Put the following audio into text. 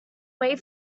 way